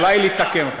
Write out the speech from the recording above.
אולי לתקן אותך.